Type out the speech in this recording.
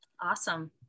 Awesome